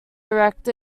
erect